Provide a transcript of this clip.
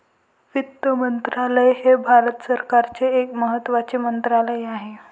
वित्त मंत्रालय हे भारत सरकारचे एक महत्त्वाचे मंत्रालय आहे